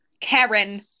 karen